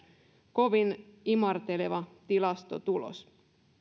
kovin imarteleva tilastotulos